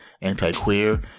anti-queer